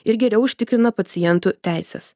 ir geriau užtikrina pacientų teises